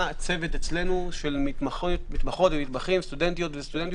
היה צוות של מתמחות ומתמחים, סטודנטיות וסטודנטים